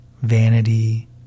Vanity